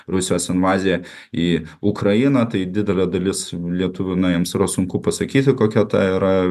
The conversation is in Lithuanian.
rusijos invaziją į ukrainą tai didelė dalis lietuvių na jiems yra sunku pasakyti kokia ta yra